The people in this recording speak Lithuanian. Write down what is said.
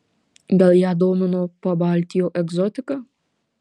gal ją domino pabaltijo egzotika